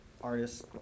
artists